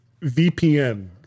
VPN